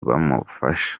bamufasha